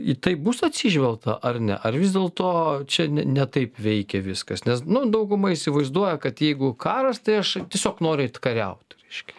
į tai bus atsižvelgta ar ne ar vis dėlto čia ne ne taip veikia viskas nes nu dauguma įsivaizduoja kad jeigu karas tai aš tiesiog noriu eit kariaut reiškia